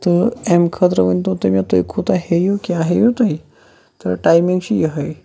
تہٕ امہ خٲطرٕ ؤنتو تُہۍ مےٚ تُہۍ کوتاہ ہیٚیِو کیاہ ہیٚیِو تُہۍ تہٕ ٹایمِنٛگ چھِ یہے